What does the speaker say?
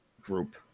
group